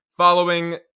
following